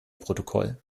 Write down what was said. protokoll